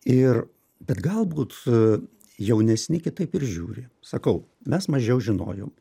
ir bet galbūt jaunesni kitaip ir žiūri sakau mes mažiau žinojom